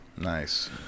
Nice